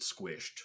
squished